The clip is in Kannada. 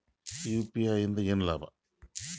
ಯು.ಪಿ.ಐ ಇಂದ ಏನ್ ಲಾಭ?